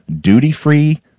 duty-free